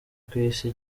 kwisi